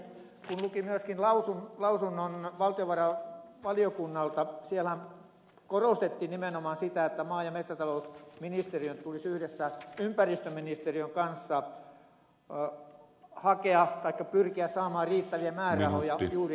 kun luki myöskin lausunnon valtiovarainvaliokunnalta siellähän korostettiin nimenomaan sitä että maa ja metsätalousministeriön tulisi yhdessä ympäristöministeriön kanssa pyrkiä saamaan riittäviä määrärahoja juuri jäteveteen